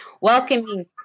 welcoming